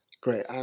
Great